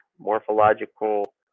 morphological